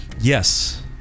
Yes